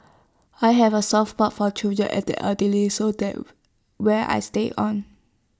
I have A soft spot for children and the elderly so that have where I stayed on